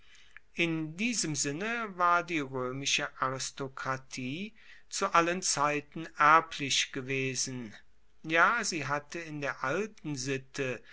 in diesem sinne war die roemische aristokratie zu allen zeiten erblich gewesen ja sie hatte in der alten sitte